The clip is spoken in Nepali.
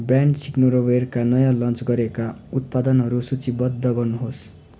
ब्रान्ड सिग्नोरोवेयरका नयाँ लन्च गरिएका उत्पादनहरू सूचीबद्ध गर्नुहोस्